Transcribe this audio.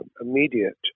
immediate